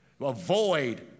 Avoid